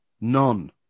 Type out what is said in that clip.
none